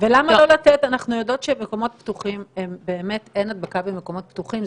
אנחנו יודעות שאין הדבקה במקומות פתוחים,